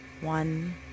one